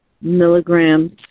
milligrams